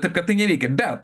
taip kad neveikia bet